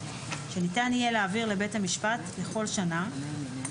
שניתן יהיה להעביר לבית המשפט לכל שנה,